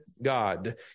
God